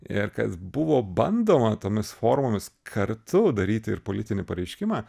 ir kas buvo bandoma tomis formomis kartu daryti ir politinį pareiškimą